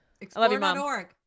Explore.org